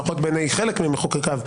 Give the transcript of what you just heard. לפחות בעיני חלק ממחוקקיו,